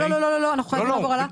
לא, לא, אנחנו חייבים לעבור הלאה.